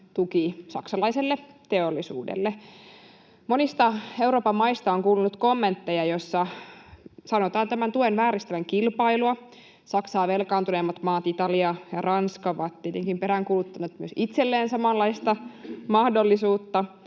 tuki saksalaiselle teollisuudelle. Monista Euroopan maista on kuulunut kommentteja, joissa sanotaan tämän tuen vääristävän kilpailua. Saksaa velkaantuneemmat maat Italia ja Ranska ovat tietenkin peräänkuuluttaneet myös itselleen samanlaista mahdollisuutta.